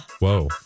Whoa